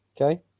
Okay